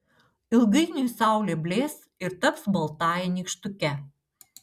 ilgainiui saulė blės ir taps baltąja nykštuke